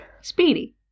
Speedy